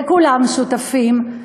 וכולם שותפים,